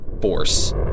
force